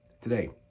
Today